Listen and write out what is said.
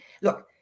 Look